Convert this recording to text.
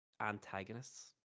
antagonists